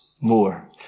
more